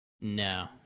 No